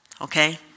okay